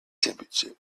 temperature